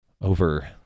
over